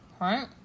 right